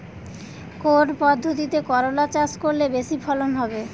কোন পদ্ধতিতে করলা চাষ করলে বেশি ফলন হবে?